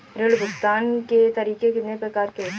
ऋण भुगतान के तरीके कितनी प्रकार के होते हैं?